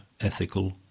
ethical